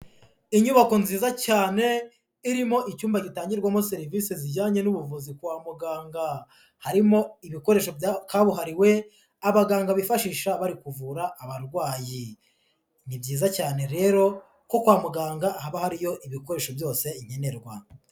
Inyubako nziza cyane irimo icyumba gitangirwamo serivisi zijyanye n'ubuvuzi kwa muganga, harimo ibikoresho bya kabuhariwe, abaganga bifashisha bari kuvura abarwayi, ni byiza cyane rero ko kwa muganga haba hariyo ibikoresho byose nkenerwa.